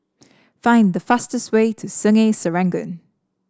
find the fastest way to Sungei Serangoon